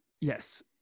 Yes